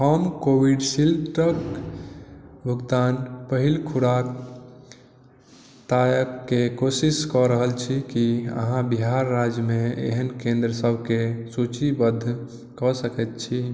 हम कोविशील्ड क भुगतान पहिल खुराक ताकय के कोशिश कऽ रहल छी की अहाँ बिहार राज्यमे एहन केंद्र सबकेँ सूचीबद्ध कऽ सकैत छी